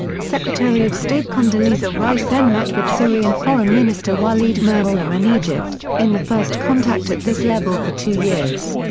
secretary of state condoleezza rice then met with syrian foreign minister walid muallem in egypt, in the first contact at this level for two years.